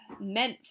meant